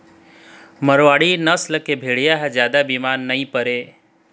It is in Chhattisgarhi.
मारवाड़ी नसल के भेड़िया ह जादा बिमार नइ परय